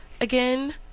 again